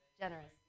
generous